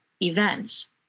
events